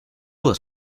was